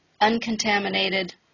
uncontaminated